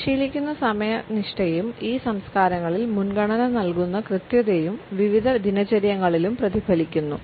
പരിശീലിക്കുന്ന സമയനിഷ്ഠയും ഈ സംസ്കാരങ്ങളിൽ മുൻഗണന നൽകുന്ന കൃത്യതയും വിവിധ ദിനചര്യകളിലും പ്രതിഫലിക്കുന്നു